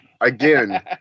again